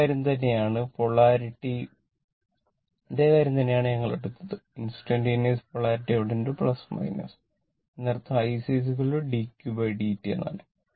അതേ കാര്യം തന്നെയാണ് ഞങ്ങൾ എടുത്തത് ഇൻസ്റ്റന്റന്റ്സ് പൊളാരിറ്റി അവിടെയുണ്ട് അതിനർത്ഥം IC dqdt എന്നാണ്